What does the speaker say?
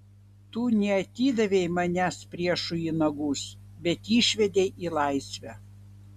tu neatidavei manęs priešui į nagus bet išvedei į laisvę